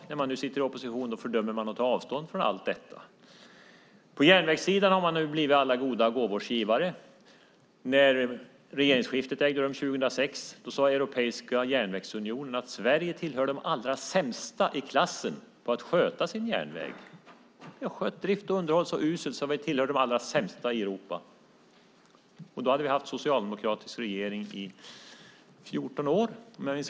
När man nu sitter i opposition fördömer man och tar avstånd från allt detta. På järnvägssidan har man nu blivit alla goda gåvors givare. När regeringsskiftet ägde rum 2006 sade Europeiska järnvägsunionen att Sverige tillhörde de allra sämsta i klassen på att sköta sin järnväg. Vi hade skött drift och underhåll så uselt så att vi tillhörde de allra sämsta i Europa, och då hade vi haft en socialdemokratisk regering i tolv år.